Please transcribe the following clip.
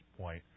point